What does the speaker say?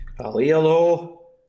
Hello